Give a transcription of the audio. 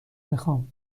میخوام